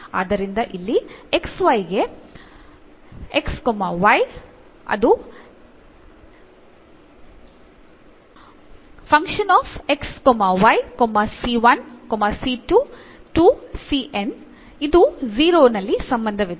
ಆದ್ದರಿಂದ ಇಲ್ಲಿ x y ಗೆ ನಲ್ಲಿ ಸಂಬಂಧವಿದೆ